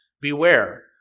beware